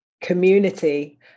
community